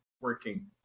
working